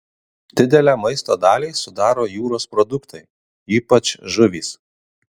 didelę maisto dalį sudaro jūros produktai ypač žuvys